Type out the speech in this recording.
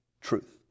truth